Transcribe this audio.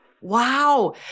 Wow